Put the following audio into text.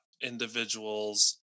individuals